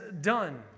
done